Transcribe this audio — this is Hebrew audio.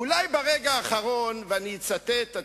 אולי ברגע האחרון, ואני אצטט את